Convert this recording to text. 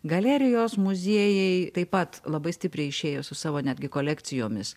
galerijos muziejai taip pat labai stipriai išėjo su savo netgi kolekcijomis